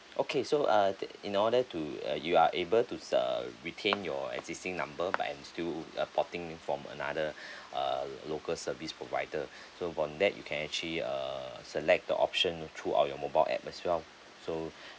okay so uh in order to uh you are able to err retain your existing number but and still uh porting from another err local service provider so from that you can actually err select the option throughout your mobile app as well so